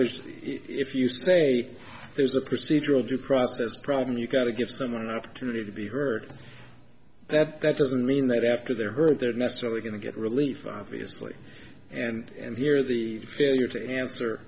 because if you say there's a procedural due process problem you've got to give someone an opportunity to be heard that that doesn't mean that after they're heard they're necessarily going to get relief obviously and here the failure to answer